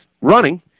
running